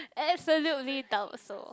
absolutely doubt so